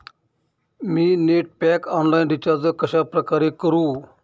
मी net pack online recharge कशाप्रकारे करु?